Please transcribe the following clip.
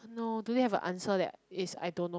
no do they have a answer that is I don't know